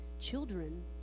children